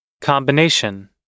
Combination